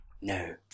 No